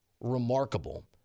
remarkable